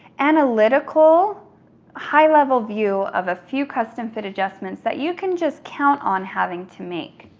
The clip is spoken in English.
analytical high-level view of a few custom fit adjustments that you can just count on having to make.